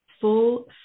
Full